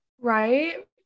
Right